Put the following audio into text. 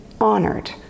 honored